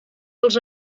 els